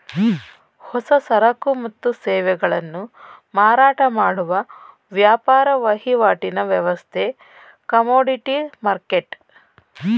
ಹೊಸ ಸರಕು ಮತ್ತು ಸೇವೆಗಳನ್ನು ಮಾರಾಟ ಮಾಡುವ ವ್ಯಾಪಾರ ವಹಿವಾಟಿನ ವ್ಯವಸ್ಥೆ ಕಮೋಡಿಟಿ ಮರ್ಕೆಟ್